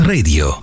Radio